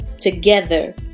together